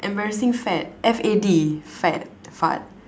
embarrassing fad F_A_D fad fad